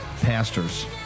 pastors